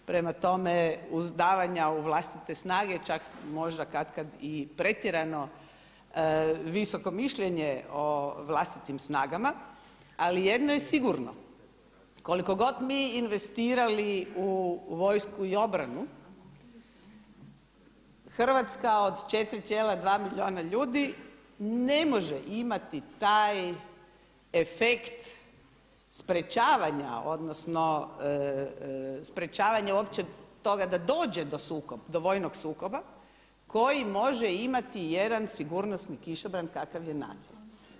Prema tome, uz davanja u vlastite snage čak možda kad kad i pretjerano visoko mišljenje o vlastitim snagama, ali jedno je sigurno koliko god mi investirali u vojsku i obranu Hrvatska od 4,2 milijuna ljudi ne može imati taj efekt sprječavanja, odnosno sprječavanja uopće toga da dođe do vojnog sukoba koji može imati jedan sigurnosni kišobran kakav je NATO.